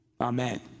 amen